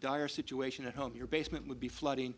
dire situation at home your basement would be flooding